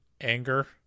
anger